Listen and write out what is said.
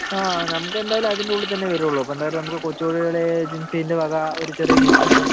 ആ നമുക്കെന്തായാലും അതിന്റെ ഉള്ളിൽതന്നെ വരുള്ളൂ അപ്പോൾ എന്തായാലും നമുക്ക് കൊച്ചുകുടിയിൽ ഏജൻസീൻ്റെ വക ഒരു ചെറിയ ഗിഫ്റ്റ് ഉണ്ട്